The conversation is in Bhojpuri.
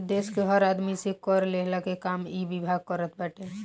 देस के हर आदमी से कर लेहला के काम इ विभाग करत बाटे